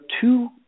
two